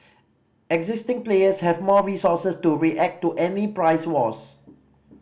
existing players have more resources to react to any price wars